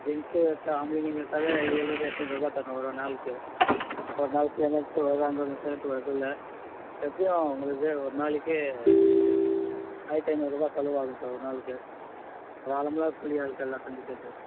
gents எடுத்தால் ஆம்பளைங்களுக்கு எடுத்தாவே எழுநூறு எண்நூறுபா தரணும் ஒரு ஒரு நாளைக்கு ஒரு நாளைக்கு வர்றதில்ல எப்படியும் உங்களுக்கு ஒரு நாளைக்கு ஆயிரத்தி ஐந்நூறுபா செலவாகும் சார் ஒரு நாளுக்கு காலைம்பர கூலி ஆளுக்கு எல்லாம் சேர்த்து